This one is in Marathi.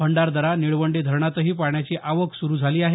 भंडारदरा निळवंडे धरणातही पाण्याची आवक सुरू झाली आहे